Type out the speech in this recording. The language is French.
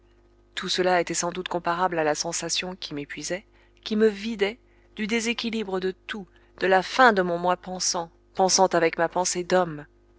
tout cela était sans doute comparable à la sensation qui m'épuisait qui me vidait du déséquilibre de tout de la fin de mon moi pensant pensant avec ma pensée d'homme